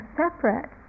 separate